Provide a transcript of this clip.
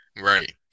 Right